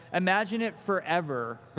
imagine it forever.